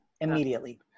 immediately